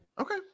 Okay